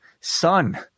son